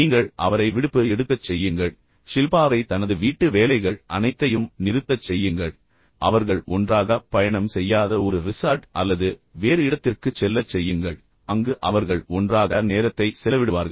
நீங்கள் அவரை விடுப்பு எடுக்கச் செய்யுங்கள் ஷில்பாவை தனது வீட்டு வேலைகள் அனைத்தையும் நிறுத்தச் செய்யுங்கள் அவர்கள் ஒன்றாக பயணம் செய்யாத ஒரு ரிசார்ட் அல்லது வேறு இடத்திற்குச் செல்லச் செய்யுங்கள் அங்கு அவர்கள் ஒன்றாக நேரத்தை செலவிடுவார்கள்